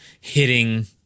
hitting